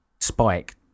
spike